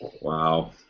Wow